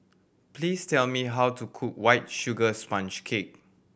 please tell me how to cook White Sugar Sponge Cake